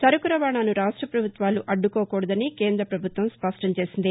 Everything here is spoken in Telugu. సరకు రవాణాను రాష్ట పభుత్వాలు అడ్టుకోకూడదని కేంద ప్రభుత్వం స్పష్టం చేసింది